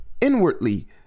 inwardly